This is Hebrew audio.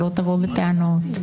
שלא תבואו בטענות.